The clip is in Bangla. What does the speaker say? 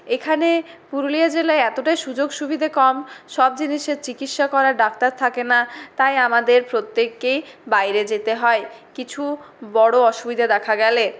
এখানে পুরুলিয়া জেলায় এতটাই সুযোগ সুবিধে কম সব জিনিসের চিকিৎসা করার ডাক্তার থাকে না তাই আমাদের প্রত্যেককেই বাইরে যেতে হয় কিছু বড়ো অসুবিধা দেখা গেলে